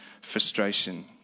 frustration